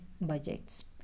budgets